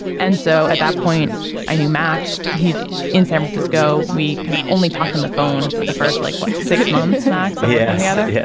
and so at that point i knew max. he's in san francisco. we can only talk on the phone for the first like six months max. yeah and the other. yes.